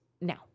now